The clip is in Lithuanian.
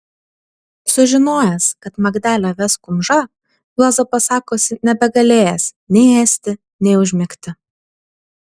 sužinojęs kad magdelę ves kumža juozapas sakosi nebegalėjęs nei ėsti nei užmigti